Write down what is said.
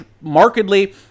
markedly